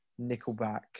Nickelback